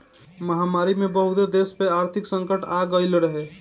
महामारी में बहुते देस पअ आर्थिक संकट आगई रहे